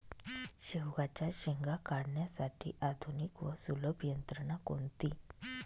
शेवग्याच्या शेंगा काढण्यासाठी आधुनिक व सुलभ यंत्रणा कोणती?